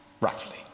Roughly